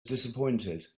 disappointed